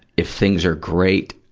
if things are great,